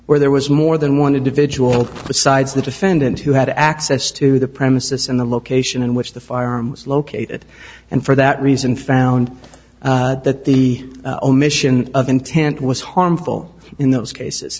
where there was more than one individual put sides the defendant who had access to the premises and the location in which the firearms located and for that reason found that the omission of intent was harmful in those cases